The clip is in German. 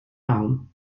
baum